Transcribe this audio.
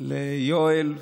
אני רוצה להודות ליואל ולדודי,